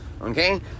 Okay